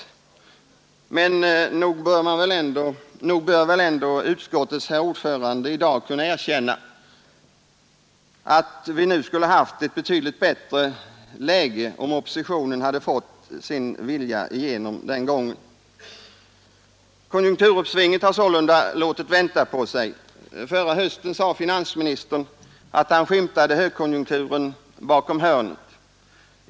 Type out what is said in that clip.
Men nog bör väl ändå utskottets herr ordförande i dag kunna erkänna att vi nu skulle haft ett betydligt bättre läge om oppositionen hade fått sin vilja igenom den gången. Konjunkturuppsvinget har sålunda låtit vänta på sig. Förra hösten sa finansministern, att han skymtade högkonjunkturen bakom hörnet.